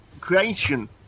creation